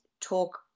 talk